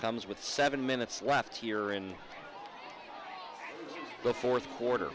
comes with seven minutes left here in the fourth quarter